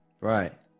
right